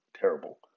terrible